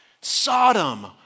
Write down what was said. Sodom